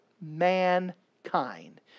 mankind